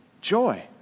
Joy